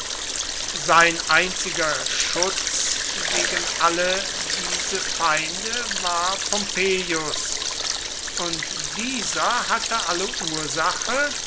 sein einziger schutz gegen alle diese feinde war pompeius und dieser hatte alle ursache